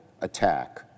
attack